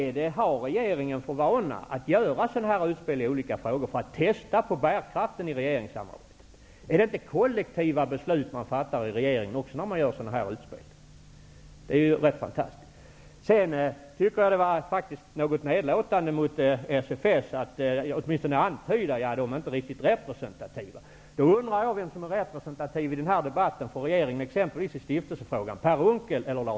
Har regeringen för vana att göra sådana här utspel i olika frågor för att testa bärkraften i regeringssamarbetet? Är det inte kollektiva beslut som fattas inom regeringen, också när man gör utspel av den här typen? Detta är ju rätt så fantastiskt. Sedan tycker jag att det var något nedlåtande mot SFS att åtminstone antyda att SFS inte är riktigt representativa. Jag underar vem som är representativ för regeringen i den här debatten, t.ex. när det gäller stiftelsefrågan. Är det Per